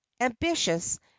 ambitious